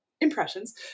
impressions